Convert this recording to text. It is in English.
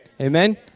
Amen